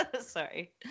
Sorry